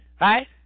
Right